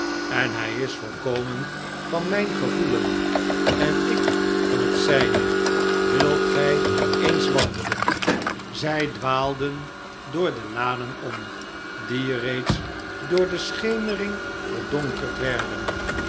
en hij is volkomen van mijn gevoelen en ik van het zijne wilt gij eens wandelen zij dwaalden door de lanen om die reeds door de schemering verdonkerd werden